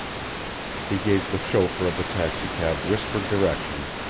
he gave the chauffeur of the taxicab whispered directions,